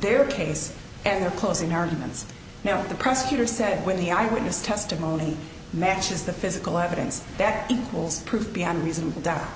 their case and their closing arguments now the prosecutor said when the eye witness testimony matches the physical evidence that equals proof beyond reason